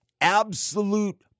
absolute